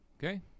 Okay